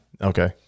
okay